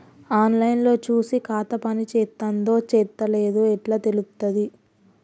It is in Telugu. ఆన్ లైన్ లో చూసి ఖాతా పనిచేత్తందో చేత్తలేదో ఎట్లా తెలుత్తది?